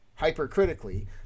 hypercritically